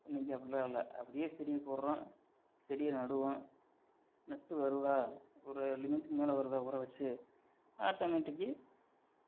இன்றைக்கி அப்படிலாம் இல்லை அப்படியே செடியை போடறோம் செடியை நடுவோம் நட்டு வருதா ஒரு லிமிட்டுக்கு மேலே வருதா உரம் வச்சு ஆட்டோமேட்டிக்